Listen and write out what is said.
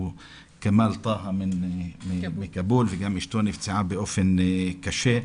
הוא כאמל טאהא מכאבול וגם אישתו נפצעה באופן קשה.